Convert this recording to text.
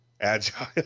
agile